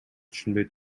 түшүнбөй